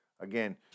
Again